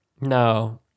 No